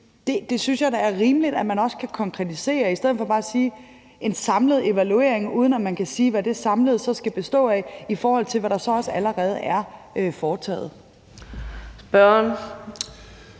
Jeg synes da, det er rimeligt, at man også kan konkretisere i stedet for bare at tale om en samlet evaluering, uden at man kan sige, hvad det samlede så skal bestå af, i forhold til hvad der så også allerede er foretaget. Kl.